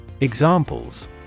Examples